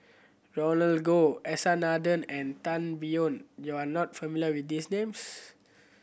Roland Goh S R Nathan and Tan Biyun you are not familiar with these names